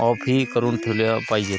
of ही करून ठेवला पाहिजेत